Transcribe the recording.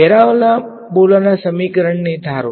પેરાબોલાના સમીકરણને ધારો